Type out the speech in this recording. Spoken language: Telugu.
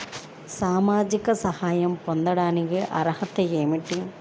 సామాజిక సహాయం పొందటానికి అర్హత ఏమిటి?